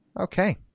okay